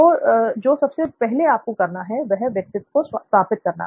तो जो सबसे पहले आपको करना है वह है व्यक्तित्व को स्थापित करना